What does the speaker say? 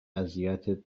اذیتت